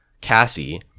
Cassie